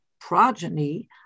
progeny